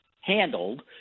handled